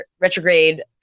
retrograde